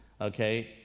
okay